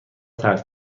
ترک